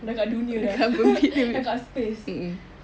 dah kat dunia dah dah kat space